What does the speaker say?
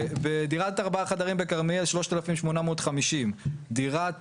בדירת ארבעה חדרים בכרמיאל 3,850 דירת